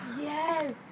Yes